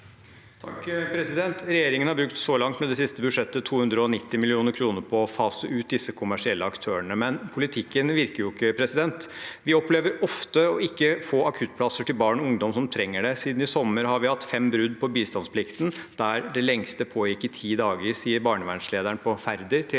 (H) Regjeringen har så langt, med det siste budsjettet, brukt 290 mill. kr på å fase ut disse kommersielle aktørene. Men politikken virker jo ikke, vi opplever ofte å ikke få akuttplasser til barn og ungdom som trenger det. – Siden i sommer har vi hatt fem brudd på bistandsplikten, der det lengste pågikk i ti dager, sier barnevernslederen i Færder til